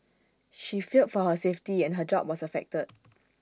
she feared for her safety and her job was affected